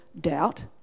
doubt